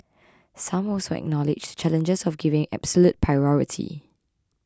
some also acknowledged the challenges of giving absolute priority